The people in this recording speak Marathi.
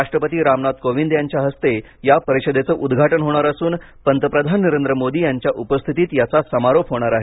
राष्ट्रपती रामनाथ कोविंद यांच्या हस्ते या परिषदेचं उद्घाटन होणार असून पंतप्रधान नरेंद्र मोदी यांच्या उपस्थितीत याचा समारोप होणार आहे